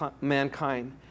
mankind